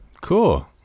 cool